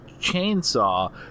chainsaw